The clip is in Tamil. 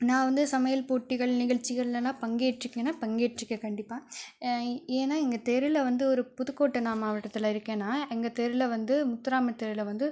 நான் வந்து சமையல் போட்டிகள் நிகழ்ச்சிகள்லாம் பங்கேற்றுக்கேனானால் பங்கேற்றுக்கேன் கண்டிப்பாக ஏன்னால் எங்கள் தெருவில் வந்து ஒரு புதுக்கோட்டை நான் மாவட்டத்தில் இருக்கேன்னால் நான் எங்கள் தெருவில் வந்து முத்துராமர் தெருவில் வந்து